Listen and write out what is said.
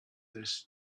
this